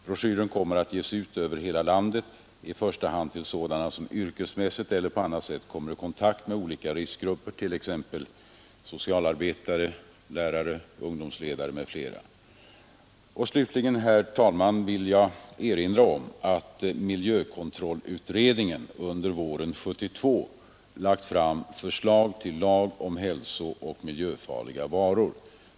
Broschyren kommer att sändas ut över hela landet, i första hand till sådana som yrkesmässigt eller på annat sätt kommer i kontakt med olika riskgrupper, t.ex. socialarbetare, lärare och ungdomsledare. Slutligen, herr talman, vill jag erinra om att miljökontrollutredningen under våren 1972 lagt fram förslag till lag om hälsooch miljöfarliga varor.